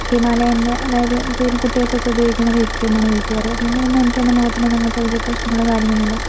ഹിമാലയൻറ്റേ അതായത് പിന്നേ കുട്ടികൾക്കൊക്കേ ഉപയോഗിക്കുന്ന ഫേസ് ക്രീം ആണ് യൂസ് ചെയ്യാറ് അതുകൊണ്ടുതന്നേ എനിക്ക് എൻ്റെ മുഖത്തിന് അങ്ങനത്തേ വലിയ പ്രശ്നങ്ങളോ കാര്യമൊന്നുമില്ല